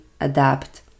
adapt